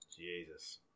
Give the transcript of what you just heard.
Jesus